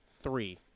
three